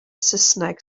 saesneg